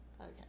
Okay